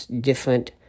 different